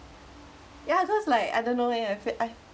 ya because like I don't know what you feel I